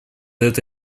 эта